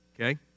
okay